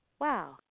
wow